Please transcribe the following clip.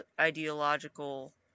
ideological